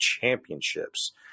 championships